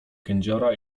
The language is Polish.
kędziora